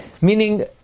Meaning